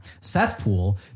cesspool